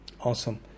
Awesome